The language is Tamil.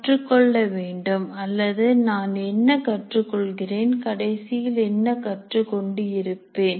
கற்றுக்கொள்ள வேண்டும் அல்லது நான் என்ன கற்றுக் கொள்கிறேன் கடைசியில் என்ன கற்றுக் கொண்டு இருப்பேன்